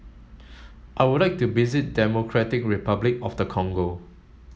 I would like to visit Democratic Republic of the Congo